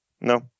No